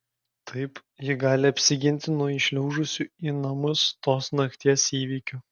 taip ji gali apsiginti nuo įšliaužusių į namus tos nakties įvykių